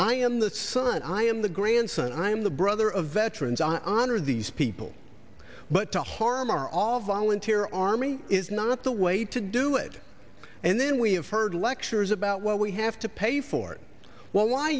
i am the son i am the grandson i am the brother of veterans honor these people but to harm our all volunteer army is not the way to do it and then we have heard lectures about what we have to pay for well why